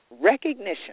Recognition